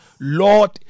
Lord